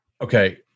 Okay